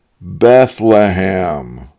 Bethlehem